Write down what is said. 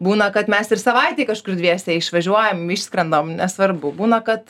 būna kad mes ir savaitei kažkur dviese išvažiuojam išskrendam nesvarbu būna kad